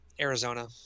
Arizona